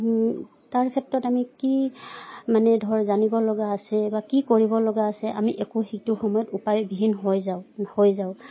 তাৰ ক্ষেত্ৰত আমি কি মানে ধৰ জানিব লগা আছে বা কি কৰিবলগা আছে আমি একো সিটো সময়ত উপায়বিহীন হৈ যাওঁ হৈ যাওঁ